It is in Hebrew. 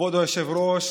כבוד היושב-ראש